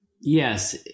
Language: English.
Yes